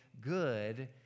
good